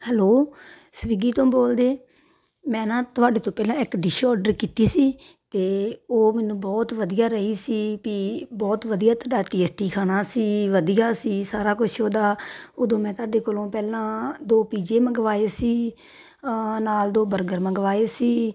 hello Swiggy ਤੋਂ ਬੋਲਦੇ ਮੈਂ ਨਾ ਤੁਹਾਡੇ ਤੋਂ ਪਹਿਲਾਂ ਇੱਕ ਡਿਸ਼ ਔਡਰ ਕੀਤੀ ਸੀ ਅਤੇ ਉਹ ਮੈਨੂੰ ਬਹੁਤ ਵਧੀਆ ਰਹੀ ਸੀ ਵੀ ਬਹੁਤ ਵਧੀਆ ਤੁਹਾਡਾ ਟੈਸਟੀ ਖਾਣਾ ਸੀ ਵਧੀਆ ਸੀ ਸਾਰਾ ਕੁਛ ਉਹਦਾ ਉਦੋਂ ਮੈਂ ਤੁਹਾਡੇ ਕੋਲੋਂ ਪਹਿਲਾਂ ਦੋ ਪੀਜ਼ੇ ਮੰਗਵਾਏ ਸੀ ਨਾਲ ਦੋ ਬਰਗਰ ਮੰਗਵਾਏ ਸੀ